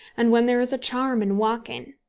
and when there is a charm in walking?